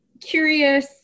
curious